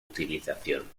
utilización